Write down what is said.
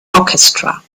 orchestra